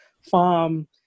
farm